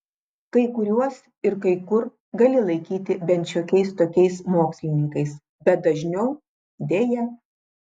kai kuriuos ir kai kur gali laikyti bent šiokiais tokiais mokslininkais bet dažniau deja